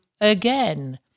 again